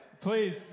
Please